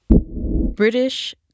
British